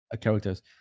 characters